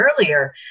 earlier